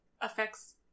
affects